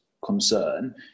Concern